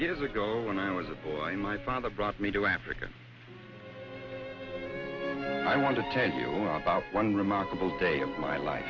years ago when i was a boy my father brought me to africa i want to tell you about one remarkable day of my life